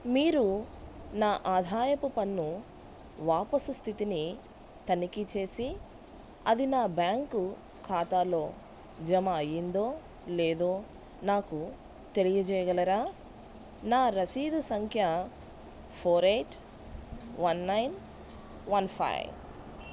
మీరు నా ఆదాయపు పన్ను వాపసు స్థితిని తనిఖీ చేసి అది నా బ్యాంకు ఖాతాలో జమ అయిందో లేదో నాకు తెలియజేయగలరా నా రసీదు సంఖ్య four eight one nine one five